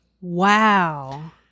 Wow